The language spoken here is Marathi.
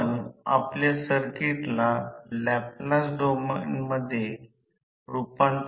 तर इथे प्रमाण 1 असे दिले गेले आहे आता या प्रकारे1 ते 1 आहे आणि या सर्व गोष्टी या रुपांतरित होतात